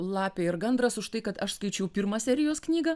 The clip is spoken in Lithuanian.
lapė ir gandras už tai kad aš skaičiau pirmą serijos knygą